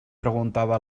preguntava